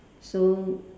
so